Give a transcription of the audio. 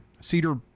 Cedar